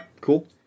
cool